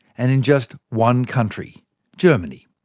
and in just one country germany.